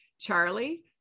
charlie